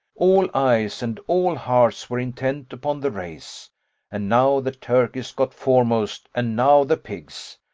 all eyes and all hearts were intent upon the race and now the turkeys got foremost, and now the pigs.